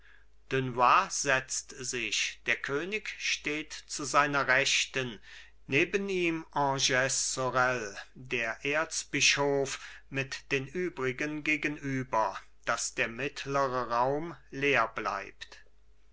dunois setzt sich der könig steht zu seiner rechten neben ihm agnes sorel der erzbischof mit den übrigen gegenüber daß der mittlere raum leer bleibt